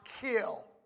kill